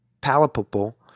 palpable